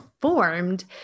formed